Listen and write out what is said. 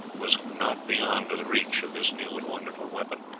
was not beyond the reach of this new and wonderful weapon.